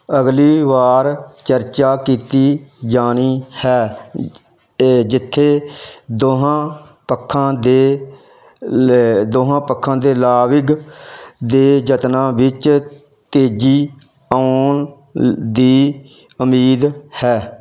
ਅਗਲੀ ਵਾਰ ਚਰਚਾ ਕੀਤੀ ਜਾਣੀ ਹੈ ਇਹ ਜਿੱਥੇ ਦੋਹਾਂ ਪੱਖਾਂ ਦੇ ਲ ਦੋਹਾਂ ਪੱਖਾਂ ਦੇ ਲਾਵਿਗ ਦੇ ਯਤਨਾਂ ਵਿੱਚ ਤੇਜ਼ੀ ਆਉਣ ਦੀ ਉਮੀਦ ਹੈ